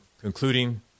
concluding